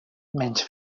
menys